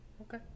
Okay